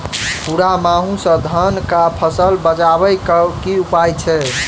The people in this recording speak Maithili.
भूरा माहू सँ धान कऽ फसल बचाबै कऽ की उपाय छै?